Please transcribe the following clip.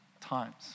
times